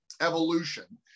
evolution